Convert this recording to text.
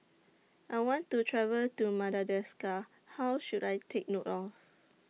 I want to travel to Madagascar How should I Take note of